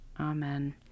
amen